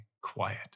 quiet